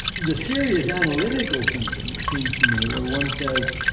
the serious analytical thinking, it seems to me, where one says,